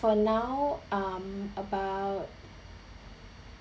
for now um about